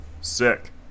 Sick